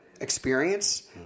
experience